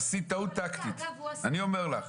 עשית טעות טקטית, אני אומר לך.